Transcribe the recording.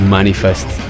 Manifest